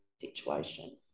situation